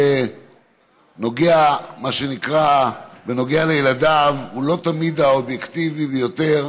בנוגע לילדיו אדם הוא לא תמיד האובייקטיבי ביותר,